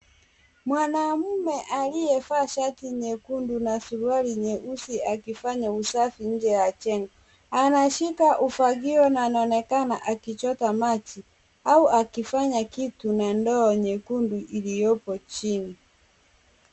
Mwanaume aliyevaa shati nyekundu na suruali nyeusi akifanya usafi nje ya jengo. Anashika ufagio na anaonekana akichota maji au akifanya kitu na ndoo nyekundu iliyopo chini.